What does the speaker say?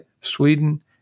Sweden